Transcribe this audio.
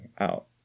out